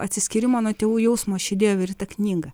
atsiskyrimo nuo tėvų jausmo aš įdėjau ir į tą knygą